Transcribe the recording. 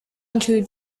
include